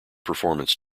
performance